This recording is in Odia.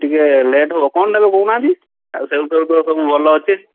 ଟିକିଏ ଲେଟ୍ ହେବ କଣ ନେବେ କହୁନାହାନ୍ତି ଆଉ ସେଉଫେଉ ତ ସବୁ ଭଲ ଅଛି